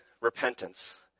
repentance